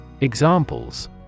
Examples